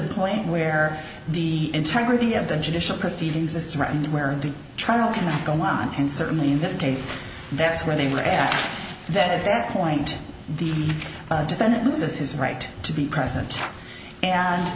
the point where the integrity of the judicial proceedings is different where the trial cannot go on and certainly in this case that's where they were at that point the defendant loses his right to be present and